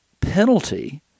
penalty